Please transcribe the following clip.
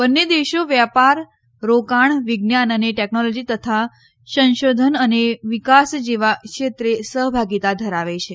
બંન્ને દેશો વેપાર રોકાણ વિજ્ઞાન અને ટેકનોલોજી તથા સંશોધન અને વિકાસ જેવા ક્ષેત્રે સહભાગીતા ધરાવે છે